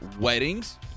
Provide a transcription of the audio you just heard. weddings